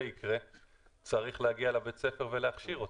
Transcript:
יקרה צריך להגיע לבית הספר ולהכשיר אותם.